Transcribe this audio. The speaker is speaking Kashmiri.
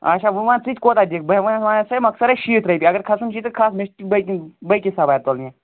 اچھا ووٚں ون ژٕتہِ کۄتاہ دِکھ بےٚ ونان چھُسے مۄخصَری شیٖتھ رۄپیہِ اگر کھَسُن چھی تہٕ کھَس مے چھِ بیقہِ بیقہِ سوارِ تُلنہِ